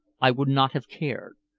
i would not have cared.